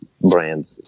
brand